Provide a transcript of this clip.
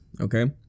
okay